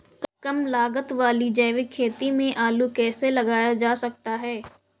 कम लागत वाली जैविक खेती में आलू कैसे लगाया जा सकता है?